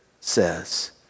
says